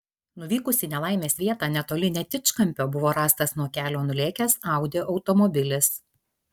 nuvykus į nelaimės vietą netoli netičkampio buvo rastas nuo kelio nulėkęs audi automobilis